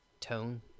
tone